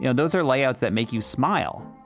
you know those are layouts that make you smile.